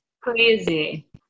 Crazy